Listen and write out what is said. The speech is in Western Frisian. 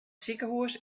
sikehús